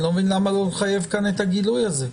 אני לא מבין למה לא לחייב כאן את הגילוי הזה.